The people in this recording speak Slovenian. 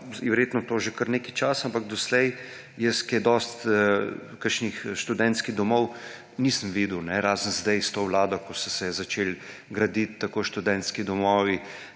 je verjetno to že kar nekaj časa, ampak doslej jaz kaj dosti kakšnih študentskih domov nisem videl, razen zdaj s to vlado, ko so se začeli graditi tako študentski domovi